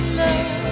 love